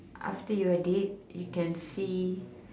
after you are dead you can see